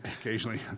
occasionally